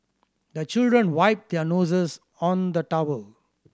the children wipe their noses on the towel